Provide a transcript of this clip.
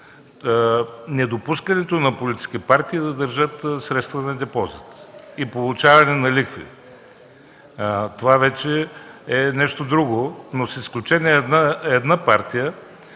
недопускане политически партии да държат средства на депозит и получаване на лихви. Това вече е нещо друго. С изключение на една партия,